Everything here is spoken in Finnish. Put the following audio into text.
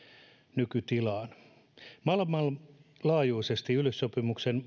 nykytilaan maailmanlaajuisesti yleissopimuksen